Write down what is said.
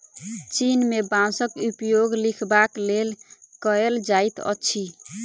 चीन में बांसक उपयोग लिखबाक लेल कएल जाइत अछि